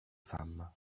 femmes